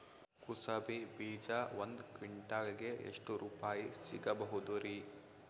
ಕುಸಬಿ ಬೀಜ ಒಂದ್ ಕ್ವಿಂಟಾಲ್ ಗೆ ಎಷ್ಟುರುಪಾಯಿ ಸಿಗಬಹುದುರೀ?